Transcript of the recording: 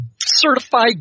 certified